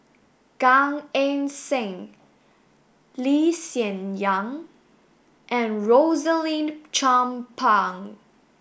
Gan Eng Seng Lee Hsien Yang and Rosaline Chan Pang